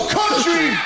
country